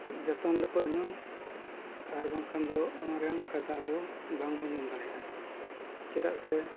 ᱡᱚᱛᱚᱱ ᱞᱮᱠᱚ ᱮᱱᱟᱝ ᱟᱨ ᱵᱟᱝᱠᱷᱟᱱ ᱫᱚ ᱚᱱᱟ ᱨᱮᱭᱟᱜ ᱯᱷᱟᱭᱫᱟ ᱟᱵᱚ ᱵᱟᱝᱵᱚᱱ ᱧᱟᱢ ᱫᱟᱲᱮᱭᱟᱜᱼᱟ ᱪᱮᱫᱟᱜ ᱥᱮ